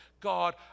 God